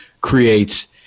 creates